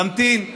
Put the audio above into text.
תמתין.